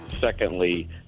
secondly